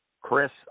Chris